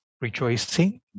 rejoicing